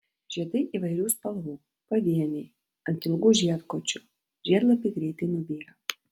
žiedai įvairių spalvų pavieniai ant ilgų žiedkočių žiedlapiai greitai nubyra